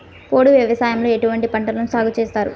పోడు వ్యవసాయంలో ఎటువంటి పంటలను సాగుచేస్తారు?